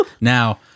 Now